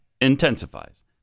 intensifies